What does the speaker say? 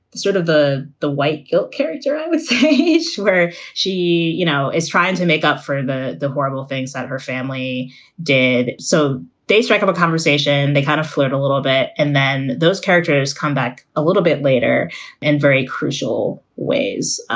sort of the the white guilt character, i would say. sure, she you know is trying to make up for the the horrible things that her family did. so they strike up a conversation. they kind of flirt a little bit, and then those characters come back a little bit later and very crucial ways.